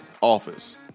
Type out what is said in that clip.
office